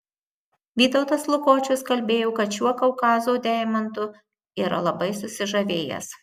vytautas lukočius kalbėjo kad šiuo kaukazo deimantu yra labai susižavėjęs